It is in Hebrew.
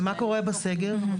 מיכל שיר סגמן (יו"ר הוועדה המיוחדת לזכויות הילד): ומה קורה בסגר,